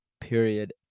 Period